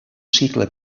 cicle